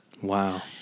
Wow